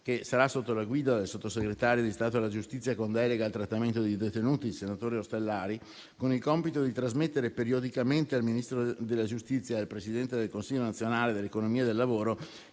che sarà sotto la guida del sottosegretario di Stato alla giustizia con delega al trattamento dei detenuti, senatore Ostellari, con il compito di trasmettere periodicamente al Ministro della giustizia e al Presidente del Consiglio nazionale dell'economia e del lavoro